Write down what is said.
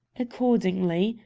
accordingly,